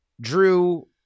drew